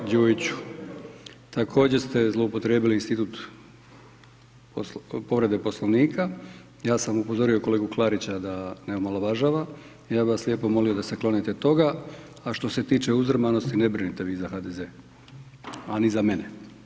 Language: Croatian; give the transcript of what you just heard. Kolega Đujiću također ste zloupotrijebili institut povrede Poslovnika, ja sam upozorio kolegu Klarića da ne omalovažava, ja bih vas lijepo molio da se klonio toga, a što se tiče uzdrmanosti ne brinite vi za HDZ, a ni za mene.